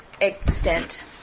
extent